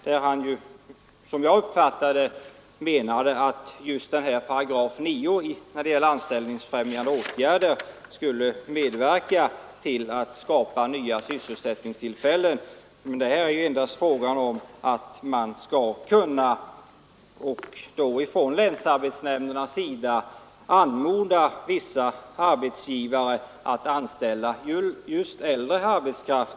Där menade han, om jag uppfattade det rätt, att just 9 § om anställningsfrämjande åtgärder skulle medverka till att skapa nya sysselsättningstillfällen. I stället är det ju fråga om att länsarbetsnämnderna skall kunna anmoda vissa arbetsgivare att anställa äldre arbetskraft.